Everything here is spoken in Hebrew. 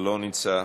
לא נמצא,